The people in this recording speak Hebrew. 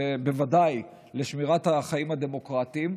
ובוודאי שמירת החיים הדמוקרטיים.